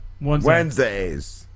Wednesdays